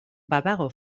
badago